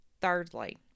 Thirdly